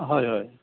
হয় হয়